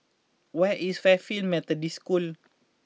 where is Fairfield Methodist School